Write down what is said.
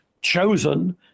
chosen